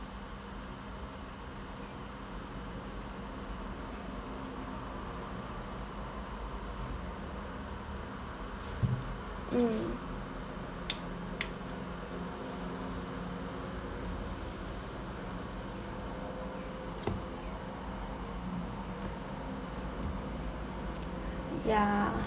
mm ya